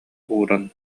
ууран